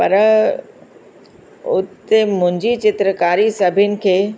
पर उते मुंहिंजी चित्रकारी सभिन खे